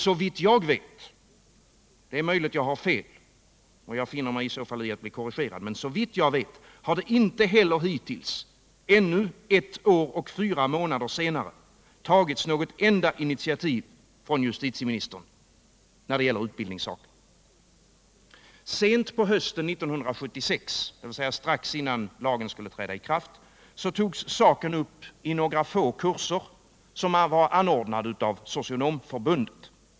Såvitt jag vet — det är möjligt att jag har fel, och jag finner mig i så fall i att bli korrigerad — har det inte heller hittills, ännu ett år och fyra månader senare, tagits något enda initiativ från justitieministern när det gäller utbildningen. Sent på hösten 1976, dvs. strax innan lagen skulle träda i kraft, togs saken upp i några få kurser som var anordnade av Socionomförbundet.